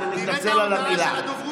אני מתנצל על המילה.